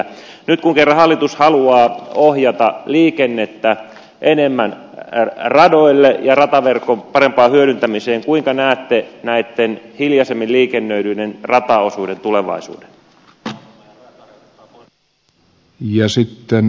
nyt kun kerran hallitus haluaa ohjata liikennettä enemmän radoille ja rataverkon parempaan hyödyntämiseen kuinka näette näitten hiljaisemmin liikennöityjen rataosuuksien tulevaisuuden